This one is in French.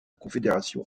confédération